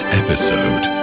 episode